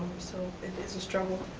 so it is a struggle,